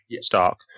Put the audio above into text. Stark